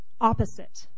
Opposite